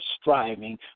striving